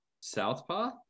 southpaw